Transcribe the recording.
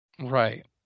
Right